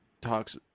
talks